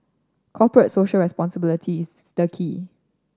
Corporate Social Responsibility is the key